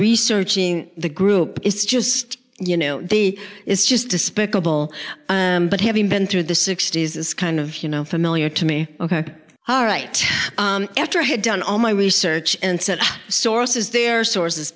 researching the group it's just you know the it's just despicable but having been through the sixty's is kind of you know familiar to me all right after i had done all my research and said sources their sources